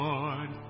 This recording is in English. Lord